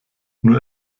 nur